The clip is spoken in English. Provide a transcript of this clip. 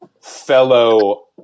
fellow